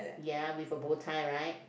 ya with a bow tie right